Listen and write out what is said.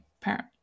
parent